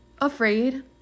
afraid